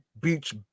beach